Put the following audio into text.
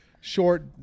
short